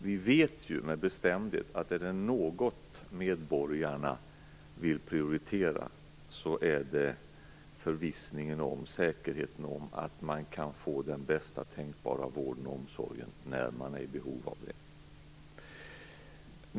Vi vet ju med bestämdhet att om det är något som medborgarna vill prioritera så är det förvissningen och säkerheten om att man kan få den bästa tänkbara vården om omsorgen när man är i behov av det.